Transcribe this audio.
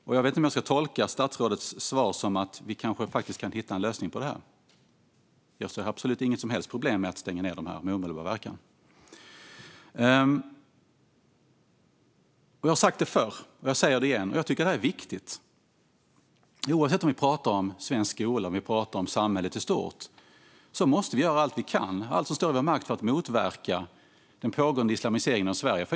Jag vet inte om jag ska tolka statsrådets svar som att vi kanske faktiskt kan hitta en lösning på detta. Jag ser absolut inget problem med att stänga ned dem med omedelbar verkan. Jag har sagt det förr och jag säger det igen, för jag tycker att det är viktigt: Oavsett om vi talar om svensk skola eller om samhället i stort måste vi göra allt som står i vår makt för att motverka den pågående islamiseringen av Sverige.